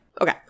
Okay